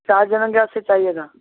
چار جنوں کے واسطے چاہیے تھا